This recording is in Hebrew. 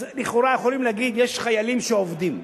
אז לכאורה יכולים להגיד: יש חיילים שעובדים,